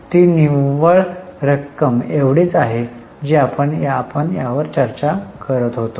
ती निव्वळ रक्कम एवढीच आहे जी आपण याबाबत आपण चर्चा करत होतो